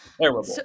terrible